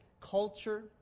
culture